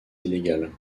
illégale